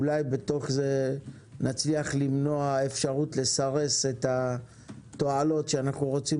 אולי בתוך זה נצליח למנוע אפשרות לסרס את התועלות שאנו רוצים